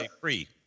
free